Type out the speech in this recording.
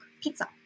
pizza